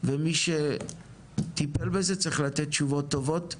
ומי שטיפל בזה צריך לתת תשובות טובות,